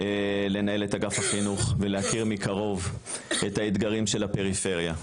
לנהל את אגף החינוך ולהכיר מקרוב את האתגרים של הפריפריה.